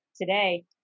today